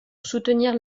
soutenir